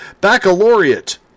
Baccalaureate